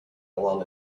along